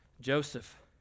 Joseph